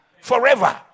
forever